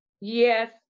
Yes